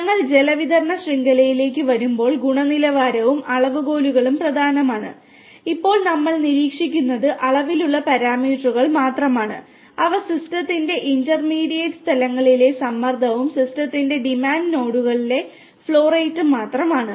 ഞങ്ങൾ ജലവിതരണ ശൃംഖലയിലേക്ക് വരുമ്പോൾ ഗുണനിലവാരവും അളവുകോലുകളും പ്രധാനമാണ് ഇപ്പോൾ നമ്മൾ നിരീക്ഷിക്കുന്നത് അളവിലുള്ള പരാമീറ്ററുകൾ മാത്രമാണ് അവ സിസ്റ്റത്തിന്റെ ഇന്റർമീഡിയറ്റ് സ്ഥലങ്ങളിലെ സമ്മർദ്ദവും സിസ്റ്റത്തിന്റെ ഡിമാൻഡ് നോഡുകളിലെ ഫ്ലോ റേറ്റും മാത്രമാണ്